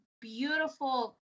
beautiful